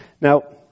Now